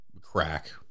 crack